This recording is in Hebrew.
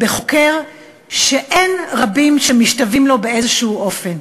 בחוקר שאין רבים שמשתווים לו באיזה אופן,